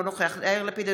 אינו נוכח יאיר לפיד,